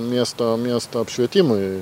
miesto miesto apšvietimui